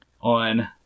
on